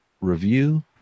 review